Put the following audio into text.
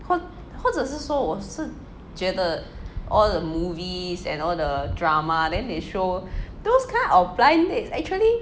或者是说我是觉得 all the movies and all the drama then they show those kind of blind dates actually